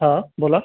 हां बोला